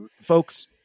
folks